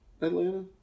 Atlanta